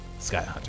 Skyhunter